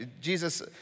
Jesus